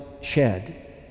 shed